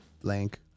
Blank